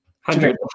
hundred